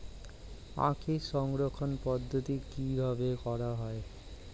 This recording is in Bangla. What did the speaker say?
আখের সংরক্ষণ পদ্ধতি কিভাবে করা হয়?